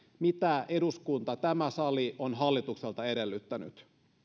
mitä eduskunta tämä sali on hallitukselta edellyttänyt